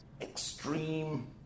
extreme